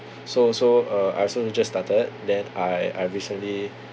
so so uh I also just started then I I recently